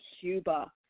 Cuba